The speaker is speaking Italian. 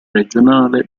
regionale